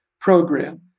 program